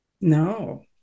No